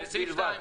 בלבד.